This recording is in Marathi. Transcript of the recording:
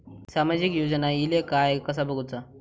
सामाजिक योजना इले काय कसा बघुचा?